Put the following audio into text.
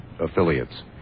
affiliates